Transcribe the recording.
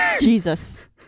Jesus